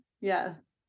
Yes